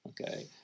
okay